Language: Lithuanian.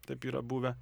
taip yra buvę